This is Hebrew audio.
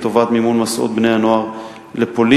לטובת מימון מסעות בני-הנוער לפולין.